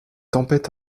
tempêtes